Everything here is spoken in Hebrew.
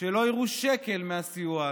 שלא יראו שקל מהסיוע הזה.